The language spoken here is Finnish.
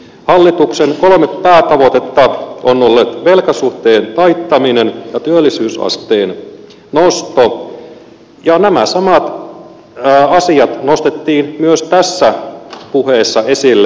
hallituksen kolme päätavoitetta ovat olleet velkasuhteen taittaminen ja työllisyysasteen nosto ja nämä samat asiat nostettiin myös tässä puheessa esille